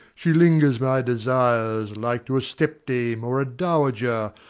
she lingers my desires, like to a step-dame or a dowager,